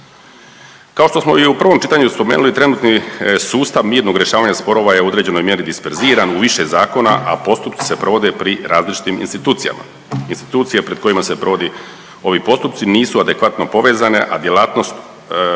Kao što smo i u pravom čitanju spomenuli trenutni sustav mirnog rješavanja sporova je u određenoj mjeri disperziran u više zakona, a postupci se provode pri različitim institucijama. Institucije pred kojima se provodi ovi postupci nisu adekvatno povezane, a djelatnost